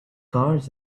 cars